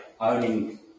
owning